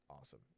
awesome